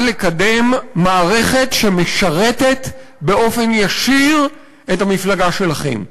לקדם מערכת שמשרתת באופן ישיר את המפלגה שלכם.